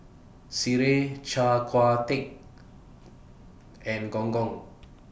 Sireh Char Kway Teow and Gong Gong